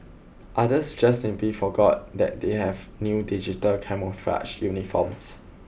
others just simply forgot that they have new digital camouflage uniforms